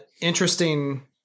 interesting